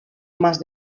más